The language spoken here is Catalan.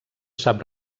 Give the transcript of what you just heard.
sap